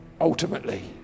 ultimately